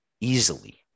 easily